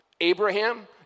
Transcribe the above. Abraham